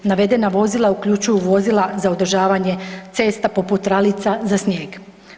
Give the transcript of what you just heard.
Navedena vozila uključuju vozila za održavanje cesta poput ralica za snijeg.